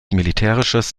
militärisches